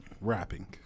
Rapping